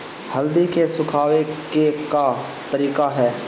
हल्दी के सुखावे के का तरीका ह?